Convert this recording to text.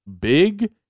big